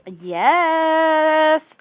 Yes